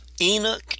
Enoch